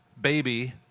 baby